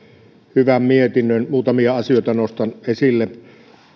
hyvän mietinnön muutamia asioita nostan esille